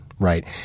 Right